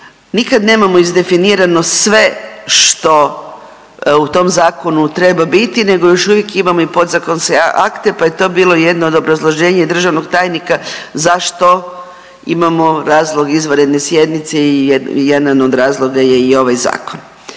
nikad nemamo izdefinirano sve što u tom zakonu treba biti, nego još uvijek imamo i podzakonske akte, pa je to bilo i jedno od obrazloženja državnog tajnika zašto imamo razlog izvanredne sjednice i jedan od razloga je i ovaj zakon.